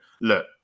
look